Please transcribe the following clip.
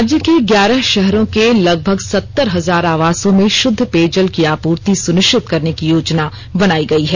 राज्य के ग्यारह शहरों के लगभग सत्तर हजार आवासों में शुद्ध पेयजल की आपूर्ति सुनिश्चित करने की योजना बनाई गई है